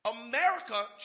America